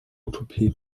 utopie